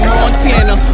Montana